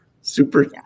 super